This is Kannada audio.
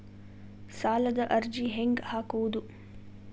ಸಾಲದ ಅರ್ಜಿ ಹೆಂಗ್ ಹಾಕುವುದು?